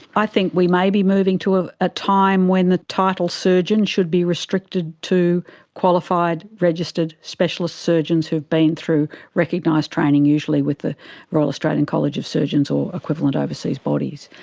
i think we may be moving to a ah time when the title surgeon should be restricted to qualified, registered, specialist surgeons who have been through recognised training, usually with the royal australian college of surgeons or equivalent overseas bodies.